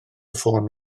ffôn